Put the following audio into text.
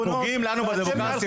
פוגעים לנו בדמוקרטיה,